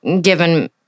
given